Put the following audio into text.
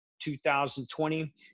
2020